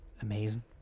Amazing